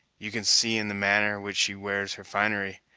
you can see in the manner which she wears her finery,